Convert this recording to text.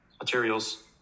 materials